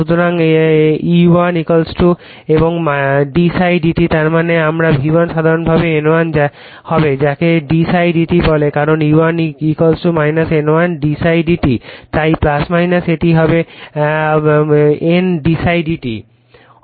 সুতরাং একটি E1 এবং d ψ dt তার মানে আমার V1 সাধারণভাবে N1 হবে যাকে d ψ dt বলে কারণ E1 N1 dψ ψ dt তাই এটি হবে N d ψ d t